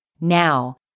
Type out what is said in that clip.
Now